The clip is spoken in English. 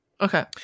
Okay